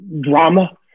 drama